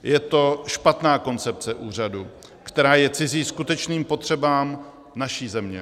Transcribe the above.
Je to špatná koncepce úřadu, která je cizí skutečným potřebám naší země.